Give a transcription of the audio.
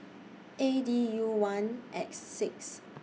A D U one X six